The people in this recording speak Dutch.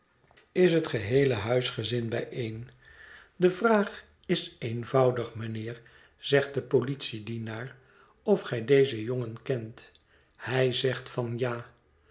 is het geheele huisgezin bijeen de vraag is eenvoudig mijnheer zegt de politiedienaar of gij dezen jongen kent hij zegt van ja